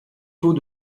tôt